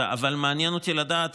אבל מעניין אותי לדעת,